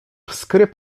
skry